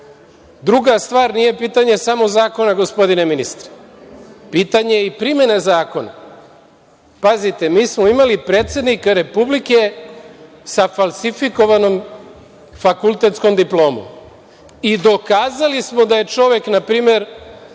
stvar, nije pitanje samo zakona, gospodine ministre, pitanje je i primene zakona. Pazite, mi smo imali predsednika Republike sa falsifikovanom fakultetskom diplomom i dokazali smo da je čovek, na primer,